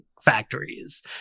factories